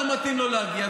לא מתאים לו להגיע,